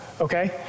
Okay